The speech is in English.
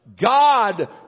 God